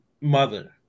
mother